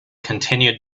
continued